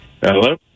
Hello